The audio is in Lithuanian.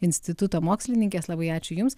instituto mokslininkės labai ačiū jums